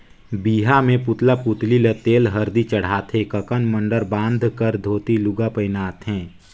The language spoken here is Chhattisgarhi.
बिहा मे पुतला पुतली ल तेल हरदी चढ़ाथे ककन मडंर बांध कर धोती लूगा पहिनाथें